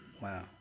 Wow